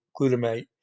glutamate